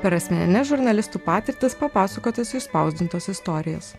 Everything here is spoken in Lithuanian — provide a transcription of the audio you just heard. per asmenines žurnalistų patirtis papasakotas išspausdintos istorijos